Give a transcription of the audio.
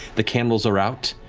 the candles are out,